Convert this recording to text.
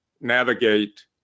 navigate